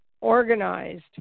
organized